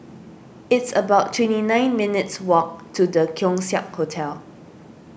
it's about twenty nine minutes' walk to the Keong Saik Hotel